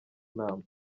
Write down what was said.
nama